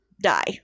die